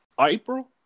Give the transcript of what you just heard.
April